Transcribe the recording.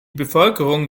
bevölkerung